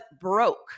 broke